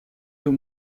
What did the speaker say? deux